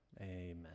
amen